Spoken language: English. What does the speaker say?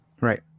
right